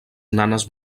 nanes